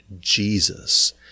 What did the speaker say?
Jesus